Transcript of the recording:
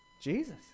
Jesus